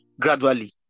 gradually